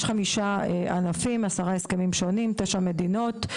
יש חמישה ענפים, עשרה הסכמים שונים, תשע מדינות.